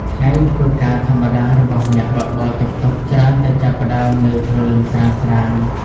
ថ្ងៃធ្វើការធម្មតារបស់អ្នកបើកបរតុកតុក ច្រើនតែចាប់ផ្តើមនៅព្រលឹមស្រាងៗ។